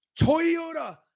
Toyota